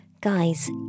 Guys